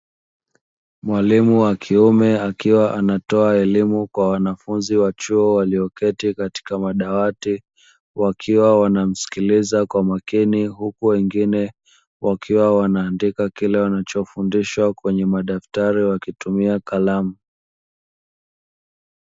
Mwalimu wa kiume akiwa anatoa elimu kwa wanafunzi wa chuo, walioketi katika madawati wakiwa wanamsikiliza kwa makini, huku wengine wakiwa wanaandika kile wanachofundishwa kwenye madaktari wakitumia kalamu.